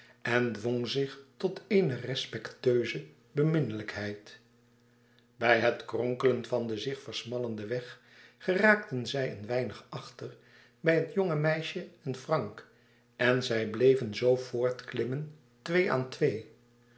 en dwong zich tot eene respectueuze beminlijkheid bij het kronkelen van den zich versmallenden weg geraakten zij een weinig achter bij het jonge meisje en frank en zij bleven zoo voortklimmen twee aan twee